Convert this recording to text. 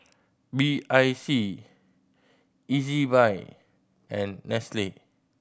B I C Ezbuy and Nestle